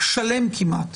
שלם כמעט.